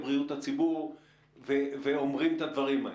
בריאות הציבור ואומרים את הדברים האלה?